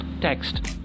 text